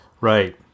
Right